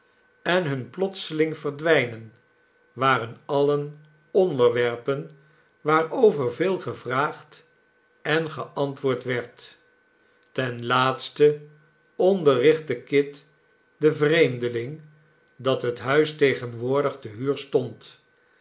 en hun plotseling verdwijnen waren alien onderwerpen waarover veel gevraagd en geantwoord werd ten laatste onderrichtte kit den vreemdeling dat het huis tegenwoordig te huur stond